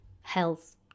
health